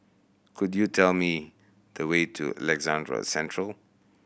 could you tell me the way to Alexandra Central